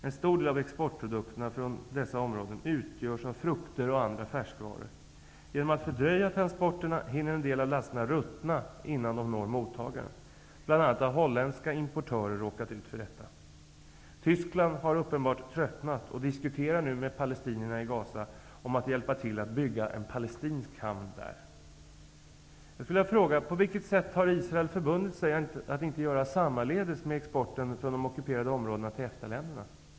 En stor del av exportprodukterna från dessa områden utgörs av frukter och andra färskvaror. På grund av att transporterna fördröjs hinner en del av lasterna ruttna innan de når mottagaren. Bl.a. har holländska importörer råkat ut för detta. Tyskland har uppenbart tröttnat och diskuterar nu med palestinierna i Gaza att hjälpa till att bygga en palestinsk hamn där. På vilket sätt har Israel förbundit sig att inte göra sammaledes med exporten från de ockuperade områdena till EFTA-länderna?